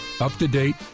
up-to-date